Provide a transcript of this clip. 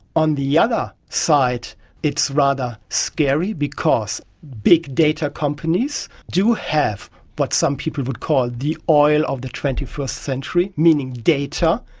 on the other side it's rather scary because big data companies do have what some people would call the oil of the twenty first century, meaning data,